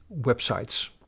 websites